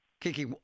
Kiki